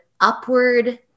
upward